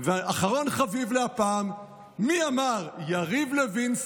ואחרון חביב להפעם: מי אמר: יריב לוין,